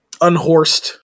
unhorsed